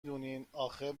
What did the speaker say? دونین، اخه